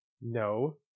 No